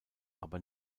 aber